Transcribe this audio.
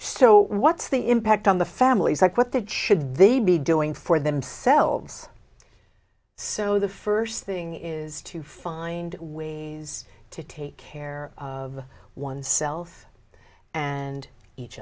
so what's the impact on the families like what that should they be doing for themselves so the first thing is to find ways to take care of one's self and each